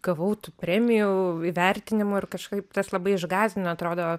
gavau tų premijų įvertinimų ir kažkaip tas labai išgąsdino atrodo